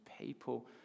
people